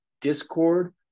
Discord